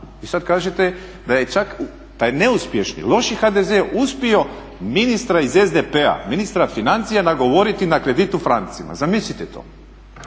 I sad kažete da je čak taj neuspješni loši HDZ uspio ministra iz SDP-a, ministra financija nagovoriti na kredit u francima. Zamislite to!